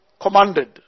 commanded